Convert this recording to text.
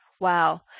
Wow